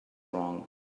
wrong